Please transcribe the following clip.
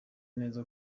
neza